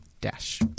Dash